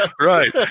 Right